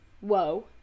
Whoa